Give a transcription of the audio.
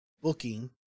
booking